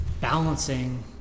balancing